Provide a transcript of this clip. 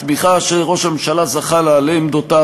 התמיכה שראש הממשלה זכה לה על עמדותיו